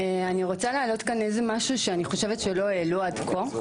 אני רוצה להעלות כאן איזה משהו שאני חושבת שלא העלו עד כה.